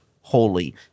holy